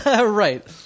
Right